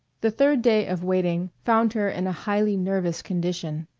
the third day of waiting found her in a highly nervous condition.